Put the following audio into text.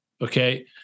Okay